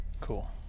cool